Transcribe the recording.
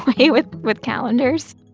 way, with with calendars